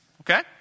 Okay